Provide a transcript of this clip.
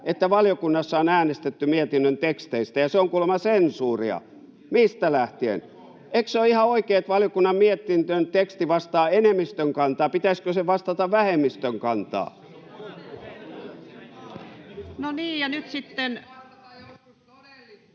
että valiokunnassa on äänestetty mietinnön teksteistä, se on kuulemma sensuuria. Mistä lähtien? Eikös se ole ihan oikein, että valiokunnan mietinnön teksti vastaa enemmistön kantaa? Pitäisikö sen vastata vähemmistön kantaa? [Speech